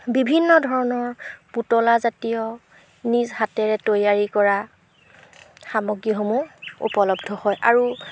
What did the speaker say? বিভিন্ন ধৰণৰ পুতলাজাতীয় নিজ হাতেৰে তৈয়াৰী কৰা সামগ্ৰীসমূহ উপলব্ধ হয় আৰু